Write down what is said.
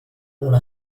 una